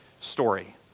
story